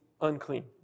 unclean